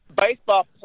baseball